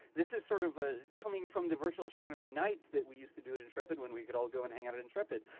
this is sort of ah coming from the virtual astronomy nights that we used to do at intrepid when we could all go and hang out at intrepid.